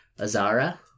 Azara